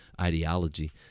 ideology